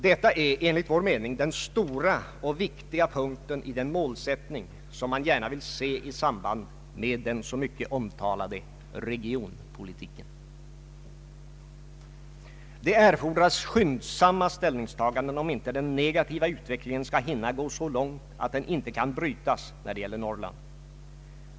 Detta är enligt vår mening den stora och viktiga punkten i den målsättning som man gärna vill se i samband med den så mycket omtalade regionpolitiken. Det erfordras skyndsamma ställningstaganden om inte den negativa utvecklingen skall hinna gå så långt att den inte kan brytas när det gäller Norrland.